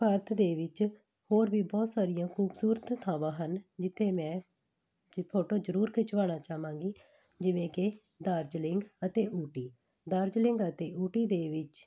ਭਾਰਤ ਵਿਚ ਹੋਰ ਵੀ ਬਹੁਤ ਸਾਰੀਆਂ ਖੂਬਸੂਰਤ ਥਾਵਾਂ ਹਨ ਜਿੱਥੇ ਮੈਂ ਜ ਫੋਟੋ ਜ਼ਰੂਰ ਖਿਚਵਾਉਣਾ ਚਾਹਵਾਂਗੀ ਜਿਵੇਂ ਕਿ ਦਾਰਜਲਿੰਗ ਅਤੇ ਊਟੀ ਦਾਰਜਲਿੰਗ ਅਤੇ ਊਟੀ ਦੇ ਵਿੱਚ